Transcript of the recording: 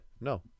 No